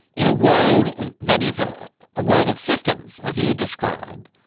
in a world that is a a world of systems, as you describe,